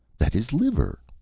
that is liver.